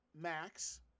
Max